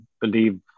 believe